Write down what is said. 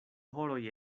horoj